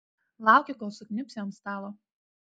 lauki kol sukniubsi ant stalo